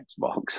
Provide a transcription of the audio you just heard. Xbox